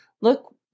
Look